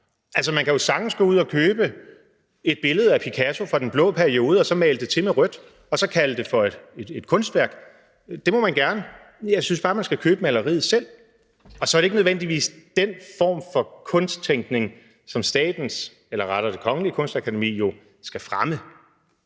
ejer. Man kan jo sagtens gå ud at købe et billede af Picasso fra den blå periode og så male det til med rødt og så kalde det for et kunstværk. Det må man gerne. Jeg synes bare, man skal købe maleriet selv. Og så er det ikke nødvendigvis den form for kunsttænkning, som staten, eller rettere Det Kongelige Danske Kunstakademi, jo skal fremme.